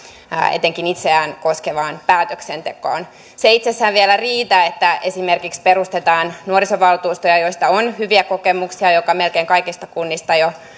etenkin itseään koskevaan päätöksentekoon se ei itsessään vielä riitä että esimerkiksi perustetaan nuorisovaltuustoja joista on hyviä kokemuksia ja joka melkein kaikista kunnista